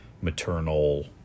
maternal